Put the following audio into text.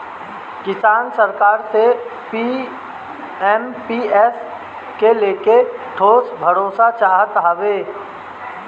किसान सरकार से एम.पी.एस के लेके ठोस भरोसा चाहत हवे